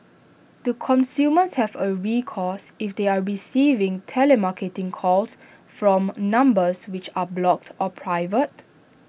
do consumers have A recourse if they are receiving telemarketing calls from numbers which are blocked or private